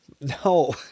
No